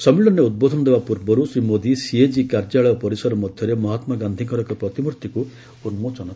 ସମ୍ମିଳନୀରେ ଉଦ୍ବୋଧନ ଦେବା ପୂର୍ବରୁ ଶ୍ରୀ ମୋଦି ସିଏଜି କାର୍ଯ୍ୟାଳୟ ପରିସର ମଧ୍ୟରେ ମହାତ୍ମାଗାନ୍ଧୀଙ୍କର ଏକ ପ୍ରତିମୂର୍ତ୍ତିକୁ ଉନ୍କୋଚନ କରିଥିଲେ